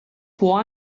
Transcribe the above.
può